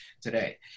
today